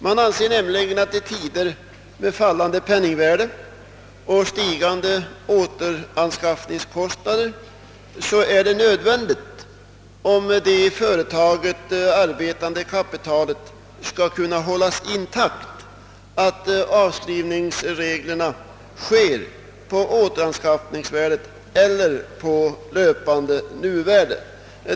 Man anser nämligen att det i tider med fallande penningvärde och stigande återanskaffningskostnader är nödvändigt för att kunna hålla i företaget arbetande kapital intakt att avskrivning sker på återanskaffningsvärdet eller på löpande nuvärde.